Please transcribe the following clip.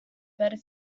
better